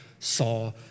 saw